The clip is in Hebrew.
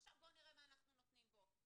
עכשיו בואו נראה מה אנחנו נותנים בו.